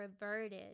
reverted